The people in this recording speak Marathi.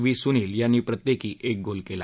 व्ही सुनील यांनी प्रत्येकी एक गोल केला